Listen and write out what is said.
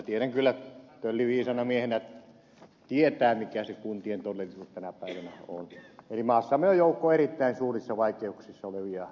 tiedän kyllä että tölli viisaana miehenä tietää mikä se kuntien todellisuus tänä päivänä on eli maassamme on joukko erittäin suurissa vaikeuksissa olevia kuntia